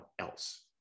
else